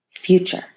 future